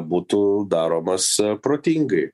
būtų daromas protingai